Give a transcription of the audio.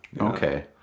Okay